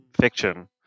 fiction